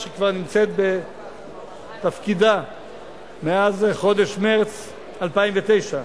שכבר נמצאת בתפקידה מאז חודש מרס 2009,